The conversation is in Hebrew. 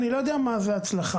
אני לא יודע מה זה הצלחה.